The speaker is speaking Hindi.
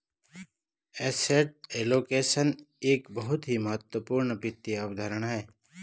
एसेट एलोकेशन एक बहुत ही महत्वपूर्ण वित्त अवधारणा है